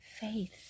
Faith